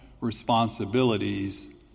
responsibilities